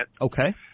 Okay